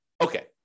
Okay